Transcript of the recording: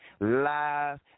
live